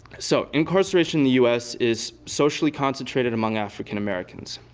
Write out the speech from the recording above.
so incarceration in the us is socially concentrated among african-americans.